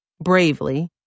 bravely